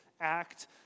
act